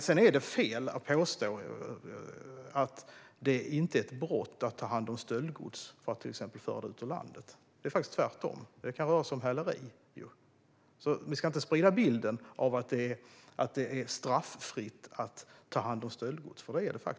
Det är fel att påstå att det inte är ett brott att ta hand om stöldgods för att till exempel föra ut det ur landet. Det är faktiskt tvärtom. Det kan ju röra sig om häleri. Vi ska inte sprida bilden av att det är straffritt att ta hand om stöldgods, för det är det inte.